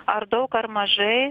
ar daug ar mažai